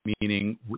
meaning